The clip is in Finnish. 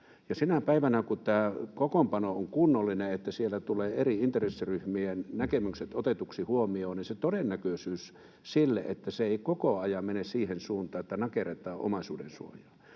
Sinä päivänä, kun tämä kokoonpano on kunnollinen, niin että siellä tulevat eri intressiryhmien näkemykset otetuksi huomioon, on todennäköistä, että se ei koko ajan mene siihen suuntaan, että nakerretaan omaisuuden suojaa.